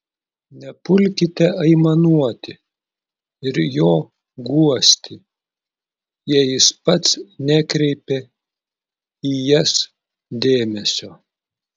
nepulkite aimanuoti ir jo guosti jei jis pats nekreipia į jas dėmesio